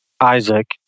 Isaac